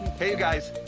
hey you guys!